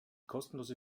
kostenlose